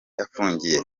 afungiye